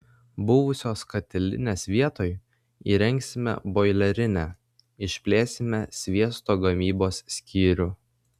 buvusios katilinės vietoj įrengsime boilerinę išplėsime sviesto gamybos skyrių